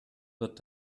wird